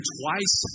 twice